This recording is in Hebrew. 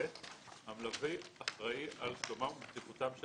המלווה אחראי על שלומם ובטיחותם של